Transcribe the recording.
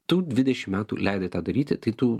tu dvidešimt metų leidai tą daryti tai tu